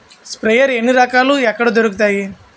Sprayer ఎన్ని రకాలు? ఎక్కడ దొరుకుతాయి?